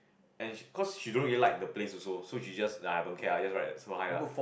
and she cause she don't really the place also so she just I don't care lah just write so high lah